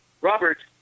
Robert